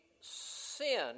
sin